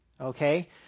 okay